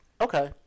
Okay